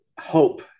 hope